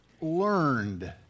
learned